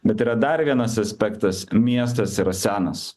bet yra dar vienas aspektas miestas yra senas